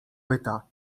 pyta